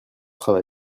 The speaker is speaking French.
travail